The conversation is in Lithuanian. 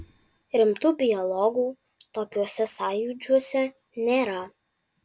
rimtų biologų tokiuose sąjūdžiuose nėra